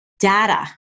Data